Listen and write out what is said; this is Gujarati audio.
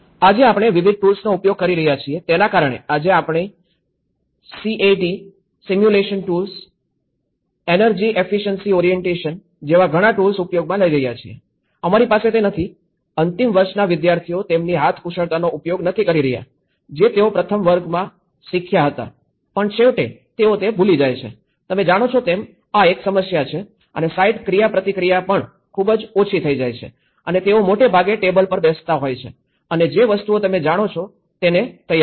આજે આપણે વિવિધ ટૂલ્સનો ઉપયોગ કરી રહ્યા છીએ તેના કારણે આજે આપણે સીએડી સિમ્યુલેશન ટૂલ્સ અને એનર્જી એફિશિયન્સી ઓરિએન્ટેશન જેવા ઘણા ટૂલ્સ ઉપયોગમાં લઈ રહ્યા છીએ અમારી પાસે તે નથી અંતિમ વર્ષના વિદ્યાર્થીઓ તેમની હાથ કુશળતાનો ઉપયોગ નથી કરી રહ્યા જે તેઓ પ્રથમ વર્ષમાં શીખ્યા હતા પણ છેવટે તેઓ તે ભૂલી જાય છે તમે જાણો છો તેમ આ એક સમસ્યા છે અને સાઇટ ક્રિયાપ્રતિક્રિયા પણ ખૂબ ઓછી થઈ જાય છે અને તેઓ મોટે ભાગે ટેબલ પર બેસતા હોય છે અને જે વસ્તુઓ તમે જાણો છો તેને તૈયાર કરે છે